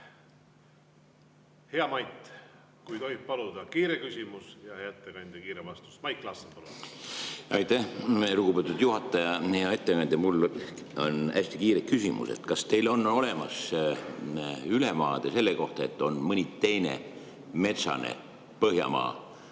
Hea Mait, kui tohib paluda, kiire küsimus, ja hea ettekandja, kiire vastus. Mait Klaassen, palun! Aitäh, lugupeetud juhataja! Hea ettekandja! Mul on hästi kiire küsimus. Kas teil on olemas ülevaade selle kohta, et on mõni teine metsane põhjamaa,